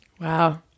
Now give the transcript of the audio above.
Wow